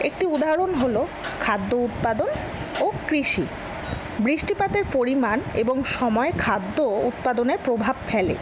একটি উদাহরণ হল খাদ্য উৎপাদন ও কৃষি বৃষ্টিপাতের পরিমাণ এবং সময়ে খাদ্য উৎপাদনে প্রভাব ফেলে